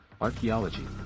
Archaeology